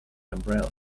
umbrellas